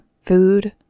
food